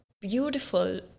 beautiful